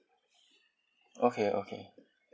okay okay